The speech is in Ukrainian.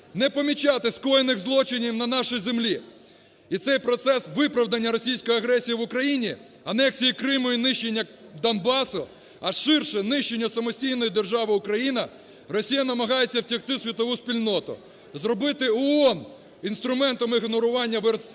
не помічати скоєних злочинів на нашій землі. І цей процес виправдання російської агресії в Україні, анексії Криму і нищення Донбасу, а ширше нищення самостійної держави Україна, Росія намагається втягти у світову спільноту, зробити ООН інструментом ігнорування верховенства